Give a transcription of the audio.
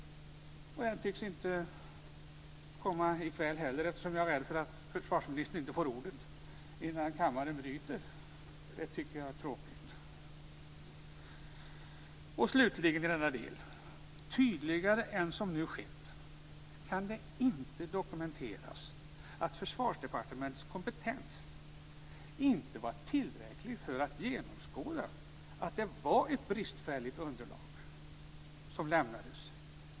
Den tycks inte heller kunna komma under kvällen, för jag är rädd för att försvarsministern inte får ordet innan kammaren bryter. Det tycker jag är tråkigt. Slutligen i denna del: Tydligare än som nu skett kan det inte dokumenteras att Försvarsdepartementets kompetens inte var tillräcklig för att genomskåda att det var ett bristfälligt underlag som lämnades.